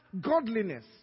godliness